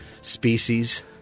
species